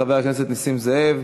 חבר הכנסת נסים זאב,